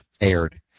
aired